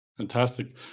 Fantastic